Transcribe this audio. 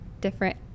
different